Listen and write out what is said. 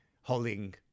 holding